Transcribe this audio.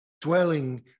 dwelling